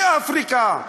באפריקה.